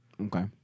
Okay